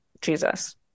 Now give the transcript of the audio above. Jesus